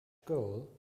goal